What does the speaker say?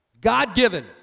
God-given